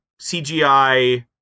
CGI